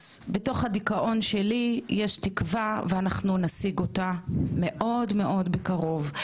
בתוך הדיכאון שלי יש תקווה ואנחנו נשיג אותה מאוד מאוד בקרוב.